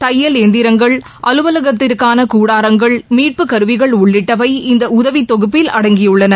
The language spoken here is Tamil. தையல் எந்திரங்கள் அலுவலகத்திற்னகூடாரங்கள் மீட்புக் கருவிகள் உள்ளிட்டவை இந்தஉதவித் தொகுப்பில் அடங்கியுள்ளன